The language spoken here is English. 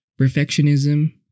perfectionism